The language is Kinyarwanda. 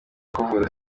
kuvura